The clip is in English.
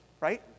right